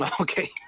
Okay